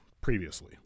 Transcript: previously